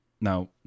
now